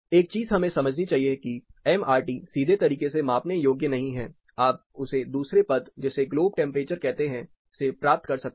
एक चीज हमें समझनी चाहिए कि एम आर टी सीधे तरीके से मापने योग्य नहीं है आप उसे दूसरे पद जिसे ग्लोब टेंपरेचर कहते हैं से प्राप्त कर सकते हैं